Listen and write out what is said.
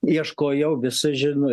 ieškojau visažin